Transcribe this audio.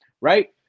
right